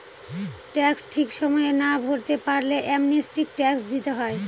tax ঠিক সময়ে না ভরতে পারলে অ্যামনেস্টি ট্যাক্স দিতে হয়